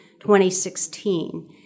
2016